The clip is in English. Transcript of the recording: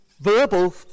verbal